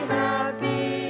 happy